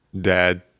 Dad